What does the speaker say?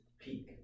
peak